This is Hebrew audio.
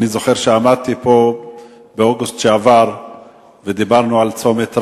אני זוכר שעמדתי פה באוגוסט שעבר ודיברנו על צומת ראמה.